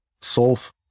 solve